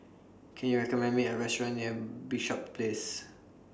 Can YOU recommend Me A Restaurant near Bishops Place